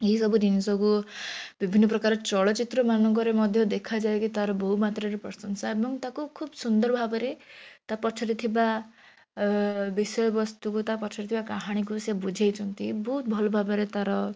ଏଇ ସବୁ ଜିନିଷକୁ ବିଭିନ୍ନ ପ୍ରକାର ଚଳଚ୍ଚିତ୍ର ମାନଙ୍କରେ ମଧ୍ୟ ଦେଖାଯାଏ କି ତା'ର ବହୁମାତ୍ରାରେ ପ୍ରଶଂସା ଏବଂ ତାକୁ ଖୁବ୍ ସୁନ୍ଦର ଭାବରେ ତା ପଛରେ ଥିବା ବିଷୟ ବସ୍ତୁକୁ ତା ପଛରେ ଥିବା କାହାଣୀକୁ ସିଏ ବୁଝେଇଛନ୍ତି ବହୁତ ଭଲ ଭାବରେ ତା'ର